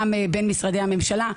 גם במשרדי הממשלה.